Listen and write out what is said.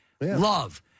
Love